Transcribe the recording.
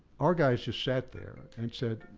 our guys just sat there and said,